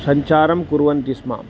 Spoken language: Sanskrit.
सञ्चारं कुर्वन्ति स्म